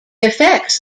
effects